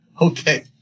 Okay